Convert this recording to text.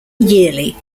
yearly